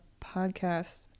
podcast